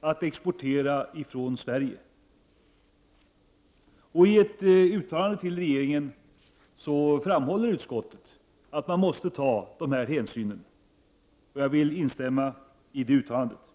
att exportera ifrån Sverige. I ett uttalande till regeringen framhåller utskottet att man måste ta dessa hänsyn. Jag vill instämma 111 i det uttalandet.